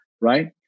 right